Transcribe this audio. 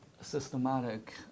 systematic